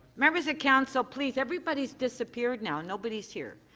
members of council, please, everybody's disappeared now. nobody's here.